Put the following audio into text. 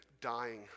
dying